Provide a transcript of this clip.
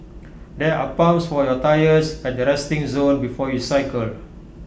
there are pumps for your tyres at the resting zone before you cycle